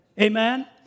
amen